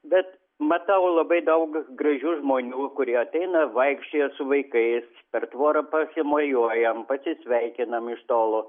bet matau labai daug gražių žmonių kurie ateina vaikščioja su vaikais per tvorą pasimojuojam pasisveikinam iš tolo